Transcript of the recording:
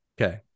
okay